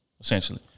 essentially